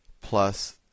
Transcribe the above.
plus